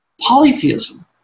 polytheism